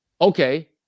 Okay